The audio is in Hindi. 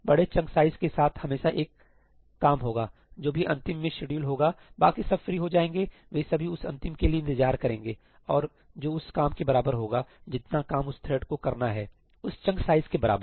बड़े चंक साइज के साथ हमेशा एक काम होगा जो भी अंतिम में शेड्यूल होगा बाकी सब फ्री हो जाएंगे वे सभी उस अंतिम के लिए इंतजार करेंगे और जो उस काम के बराबर होगा जितना काम उस थ्रेड को करना है उस चंक साइज के बराबर